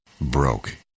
broke